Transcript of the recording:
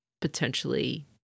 potentially